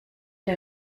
der